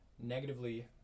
negatively